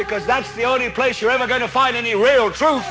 because that's the only place you're ever going to find any real truth